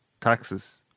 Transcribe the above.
Taxes